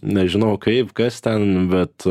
nežinau kaip kas ten bet